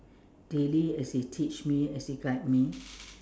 daily as he teach me as he guide me